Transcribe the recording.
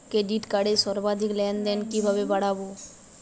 Credit কার্ডের সর্বাধিক লেনদেন কিভাবে বাড়াবো?